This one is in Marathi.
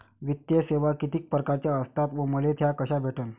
वित्तीय सेवा कितीक परकारच्या असतात व मले त्या कशा भेटन?